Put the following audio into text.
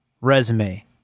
resume